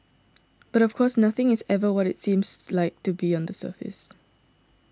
but of course nothing is ever what it seems like to be on the surface